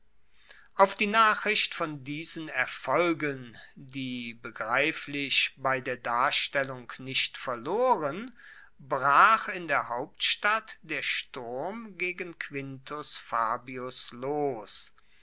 auf die nachricht von diesen erfolgen die begreiflich bei der darstellung nicht verloren brach in der hauptstadt der sturm gegen quintus fabius los